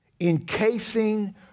encasing